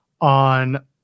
on